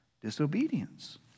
disobedience